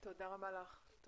תודה רבה מיכל.